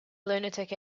lunatic